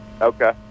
okay